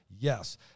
yes